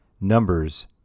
Numbers